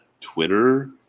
Twitter